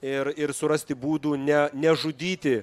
ir ir surasti būdų ne nežudyti